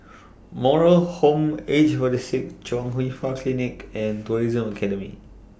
Moral Home Aged For The Sick Chung Hwa Free Clinic and Tourism Academy